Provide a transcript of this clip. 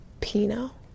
pino